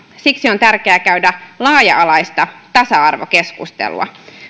siksi on tärkeää käydä laaja alaista tasa arvokeskustelua